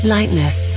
Lightness